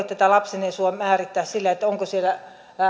tätä lapsen etua ei voi määrittää sillä